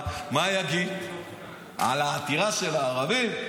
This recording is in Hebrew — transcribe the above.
מה הוא יגיד על העתירה של הערבים?